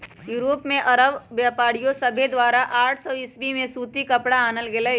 Europe में अरब व्यापारिय सभके द्वारा आठ सौ ईसवी में सूती कपरा आनल गेलइ